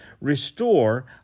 Restore